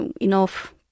enough